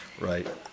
Right